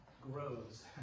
grows